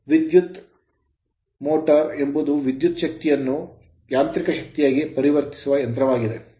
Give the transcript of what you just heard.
ವಿದ್ಯುತ್ motor motor ಎಂಬುದು ವಿದ್ಯುತ್ ಶಕ್ತಿಯನ್ನು ಯಾಂತ್ರಿಕ ಶಕ್ತಿಯಾಗಿ ಪರಿವರ್ತಿಸುವ ಯಂತ್ರವಾಗಿದೆ